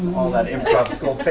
all that improv school